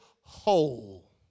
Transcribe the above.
whole